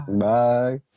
Bye